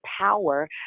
power